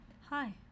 Hi